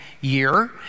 year